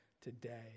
today